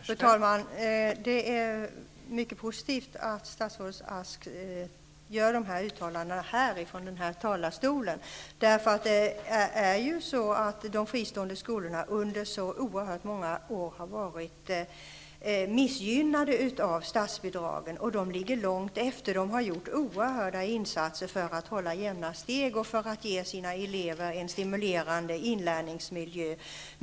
Fru talman! Det är mycket positivt att statsrådet Beatrice Ask gör sådana uttalanden här i denna talarstol. De fristående skolorna har under så många år varit missgynnade när det gäller statsbidrag. Dessa skolor ligger långt efter. De har gjort stora insatser för att hålla jämna steg och för att ge sina elever en stimulerande inlärningsmiljö.